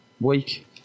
week